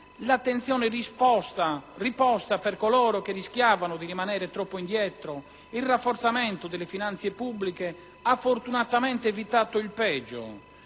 l'attenzione riposta nei confronti di coloro che rischiavano di rimanere troppo indietro, il rafforzamento delle finanze pubbliche hanno fortunatamente evitato il peggio.